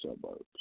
suburbs